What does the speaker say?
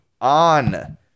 on